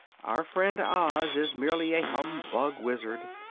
our friend oz is merely a humbug wizard,